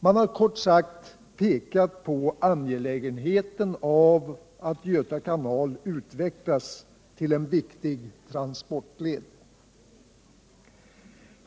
Man har kort sagt pekat på angelägenheten av att Göta kanal utvecklas till en viktig transportled.